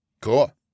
Cool